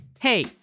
Hey